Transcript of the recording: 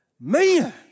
Man